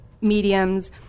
mediums